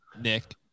Nick